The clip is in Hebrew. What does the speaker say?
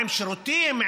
עם שירותים,